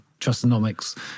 trustonomics